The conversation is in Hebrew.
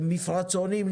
מפרצונים,